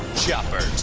chopper